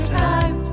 time